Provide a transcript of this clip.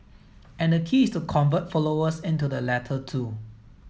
and the key is to convert followers into the latter two